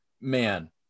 man